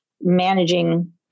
managing